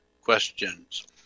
questions